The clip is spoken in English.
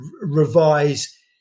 revise